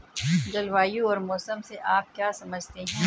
जलवायु और मौसम से आप क्या समझते हैं?